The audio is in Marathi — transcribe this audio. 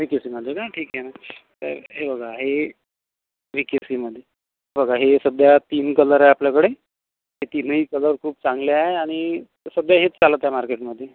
वी के सी मध्ये का ठीक आहे ना तर हे बघा ही वी के सी मध्ये बघा ही सध्या तीन कलर आहे आपल्याकडे हे तीनही कलर खूप चांगले आहे आणि सध्या हेच चालत आहे मार्केटमध्ये